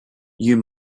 you